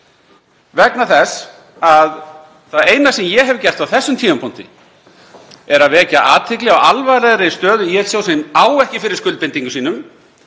vegna þess að það eina sem ég hef gert á þessum tímapunkti er að vekja athygli á alvarlegri stöðu ÍL-sjóðs sem á ekki fyrir skuldbindingum sínum.